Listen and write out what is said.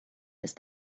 ist